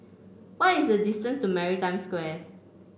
what is the distance to Maritime Square